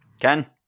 Ken